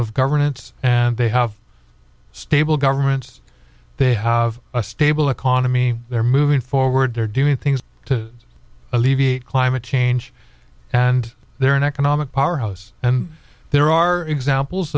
of governance and they have stable governments they have a stable economy they're moving forward they're doing things to alleviate climate change and they're an economic powerhouse and there are examples